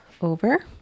over